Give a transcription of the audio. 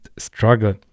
struggle